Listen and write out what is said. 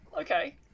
Okay